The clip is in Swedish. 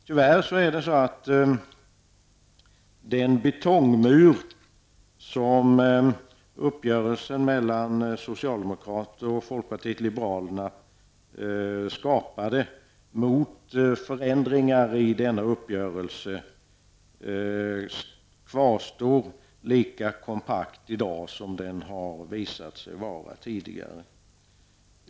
Tyvärr kvarstår den betongmur som uppgörelsen mellan socialdemokraterna och folkpartiet liberalerna skapat mot förändringar i denna uppgörelse. Den är lika kompakt i dag som den visat sig vara tidigare.